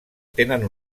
tenen